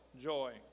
joy